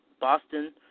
Boston